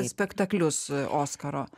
spektaklius oskaro